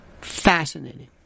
fascinating